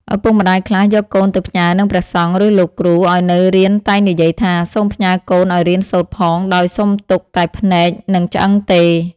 ឪពុកម្ដាយខ្លះយកកូនទៅផ្ញើនឹងព្រះសង្ឃ ឬលោកគ្រូឲ្យនៅរៀនតែងនិយាយថា សូមផ្ញើកូនឲ្យរៀនសូត្រផង ដោយសុំទុកតែភ្នែក និងឆ្អឹងទេ។